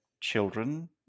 children